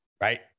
right